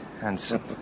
handsome